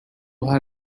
her